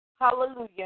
Hallelujah